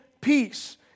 peace